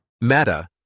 Meta